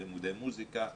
ללימודי מוסיקה,